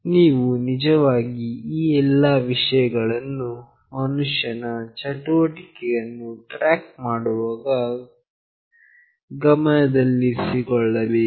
ನೀವು ನಿಜವಾಗಿ ಈ ಎಲ್ಲಾ ವಿಷಯಗಳನ್ನು ಮನುಷ್ಯನ ಚಟುವಟಿಕೆಗಳನ್ನು ಟ್ರಾಕ್ ಮಾಡುವಾಗ ಗಮನದಲ್ಲಿರಿಸಿಕೊಳ್ಳಬೇಕು